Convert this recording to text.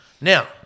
Now